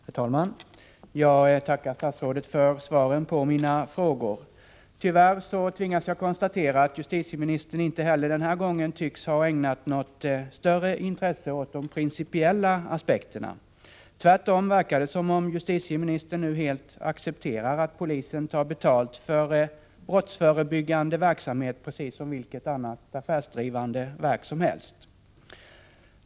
Herr talman! Jag tackar statsrådet för svaren på mina frågor. Tyvärr tvingas jag konstatera att justitieministern inte heller den här gången tycks ha ägnat något större intresse åt de principiella aspekterna. Tvärtom verkar det som om justitieministern nu helt accepterar att polisen tar betalt för brottsförebyggande verksamhet, precis som vilket annat affärsdrivande verk som helst.